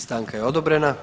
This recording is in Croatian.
Stanka je odobrena.